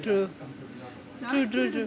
true true true true